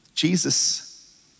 Jesus